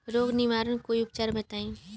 रोग निवारन कोई उपचार बताई?